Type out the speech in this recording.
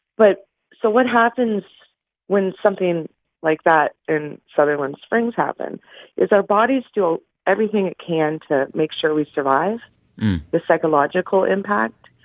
but so what happens when something like that in sutherland springs happens is our bodies do everything it can to make sure we survive the psychological impact.